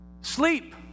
Sleep